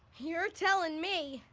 you're tellin' me.